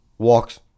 Walks